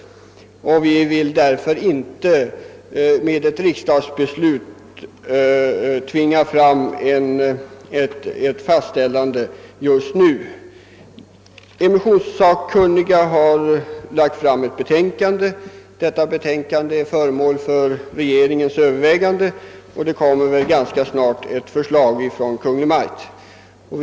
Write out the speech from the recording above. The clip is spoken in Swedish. Därför har vi inte genom ett riksdagsbeslut velat framtvinga ett fastställande av sådana värden just nu. Vidare har immisionssakkunniga framlagt ett betänkande som nu är förenål för regeringens överväganden och ganska snart torde resultera i ett regeringsförslag.